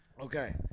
Okay